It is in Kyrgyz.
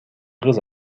кыз